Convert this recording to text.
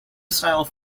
style